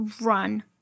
run